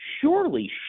surely